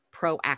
proactive